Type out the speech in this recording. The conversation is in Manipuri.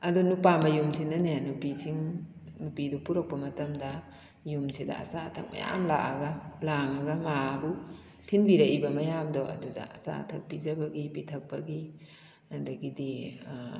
ꯑꯗꯣ ꯅꯨꯄꯥ ꯃꯌꯨꯝꯁꯤꯅꯅꯦ ꯅꯨꯄꯤꯁꯤꯡ ꯅꯨꯄꯤꯗꯨ ꯄꯔꯛꯄ ꯃꯠꯗ ꯌꯨꯝꯁꯤꯗ ꯑꯆꯥ ꯑꯊꯛ ꯃꯌꯥꯝ ꯂꯥꯛꯂꯒ ꯂꯥꯡꯂꯒ ꯃꯥꯕꯨ ꯊꯤꯟꯕꯤꯔꯛꯂꯤꯕ ꯃꯌꯥꯝꯗꯣ ꯑꯗꯨꯗ ꯑꯆꯥ ꯑꯊꯛ ꯄꯤꯖꯕꯒꯤ ꯄꯤꯊꯛꯄꯒꯤ ꯑꯗꯒꯤꯗꯤ